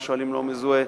מה שואלים לא מזוהה.